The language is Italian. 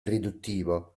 riduttivo